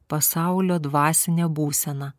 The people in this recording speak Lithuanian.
pasaulio dvasinę būseną